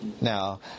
Now